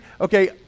Okay